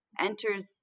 enters